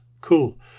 Cool